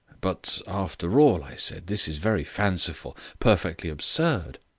but, after all, i said, this is very fanciful perfectly absurd.